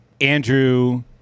Andrew